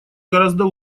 гораздо